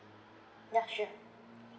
ya sure